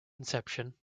inception